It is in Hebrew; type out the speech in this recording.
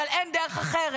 אבל אין דרך אחרת,